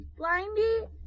Blindy